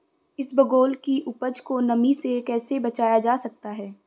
इसबगोल की उपज को नमी से कैसे बचाया जा सकता है?